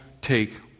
take